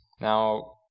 now